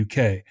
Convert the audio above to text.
uk